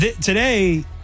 Today